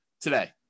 today